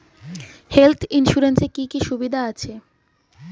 Health insurance এ কি কি সুবিধা আছে?